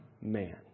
man